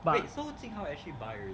but